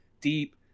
deep